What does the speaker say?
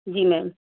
جی میم